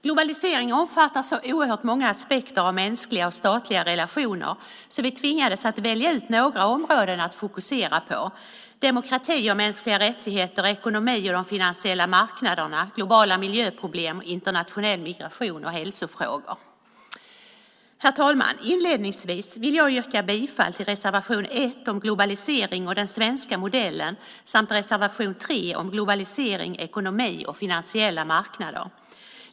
Globalisering omfattar så oerhört många aspekter av mänskliga och statliga relationer, så vi tvingades att välja ut några områden att fokusera på: demokrati och mänskliga rättigheter, ekonomi och de finansiella marknaderna, globala miljöproblem, internationell migration och hälsofrågor. Herr talman! Inledningsvis vill jag yrka bifall till reservation 1 om globalisering och den svenska modellen samt reservation 3 om globalisering, ekonomi och finansiella marknader.